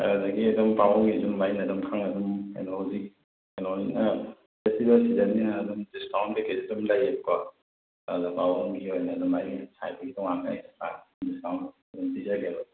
ꯑꯗꯨꯗꯒꯤ ꯑꯗꯨꯝ ꯄꯥꯕꯨꯡꯒꯤꯁꯨ ꯑꯗꯨꯃꯥꯏꯅ ꯐꯪꯅꯤ ꯑꯗꯨꯝ ꯈꯪꯅ ꯑꯗꯨꯝ ꯀꯩꯅꯣ ꯍꯧꯖꯤꯛ ꯀꯩꯅꯣꯅꯤꯅ ꯐꯦꯁꯇꯤꯕꯦꯜ ꯁꯤꯖꯟꯅꯤꯅ ꯗꯤꯁꯀꯥꯎꯟꯠ ꯀꯩ ꯀꯩꯗꯨꯁꯨ ꯑꯗꯨꯝ ꯂꯩꯌꯦꯕꯀꯣ ꯑꯗ ꯄꯥꯕꯨꯡꯒꯤ ꯑꯣꯏꯅ ꯑꯗꯨꯃꯥꯏꯅ ꯁꯥꯏꯠꯀꯤ ꯀꯌꯥꯝ ꯂꯩ ꯑꯦꯛꯁꯇ꯭ꯔ ꯗꯤꯁꯀꯥꯎꯟꯠ ꯑꯗꯨꯝ ꯄꯤꯖꯒꯦꯕ